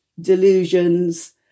delusions